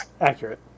Accurate